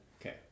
Okay